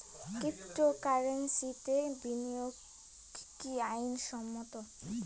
ক্রিপ্টোকারেন্সিতে বিনিয়োগ কি আইন সম্মত?